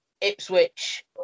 Ipswich